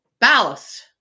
Ballast